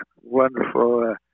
wonderful